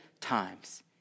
times